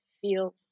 feel